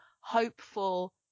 hopeful